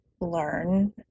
learn